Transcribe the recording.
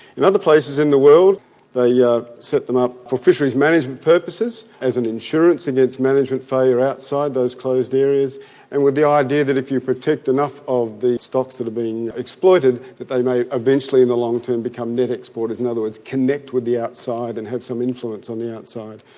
in other places in the world they yeah set them up for fisheries management purposes as an insurance against management failure outside those closed areas and with the idea that if you protect enough of the stocks that are being exploited that they may eventually in the long term become net exporters. in and other words connect with the outside and have some influence on the outside.